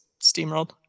steamrolled